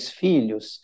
filhos